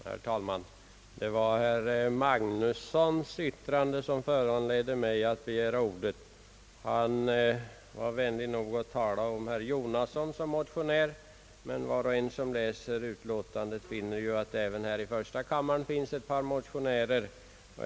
Herr talman! Det var herr Magnussons yttrande som föranledde mig att begära ordet. Han var vänlig nog att tala om herr Jonasson som motionär, men var och en som läser utlåtandet finner att det även i första kammaren finns ett par motionärer.